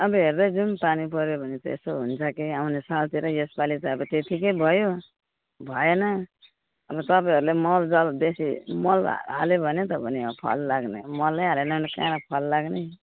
अब हेर्दै जाउँ पानी पऱ्यो भने चाहिँ यसो हुन्छ कि आउने सालतिर यसपालि त अब त्यतिकै भयो भएन अब तपाईँहरूले मलजल बेसी मल हाल्यो भने त हो नि फल लाग्ने मलै हालेन भने कहाँ फल लाग्ने